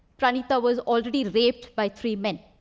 pranitha was already raped by three men.